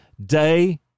day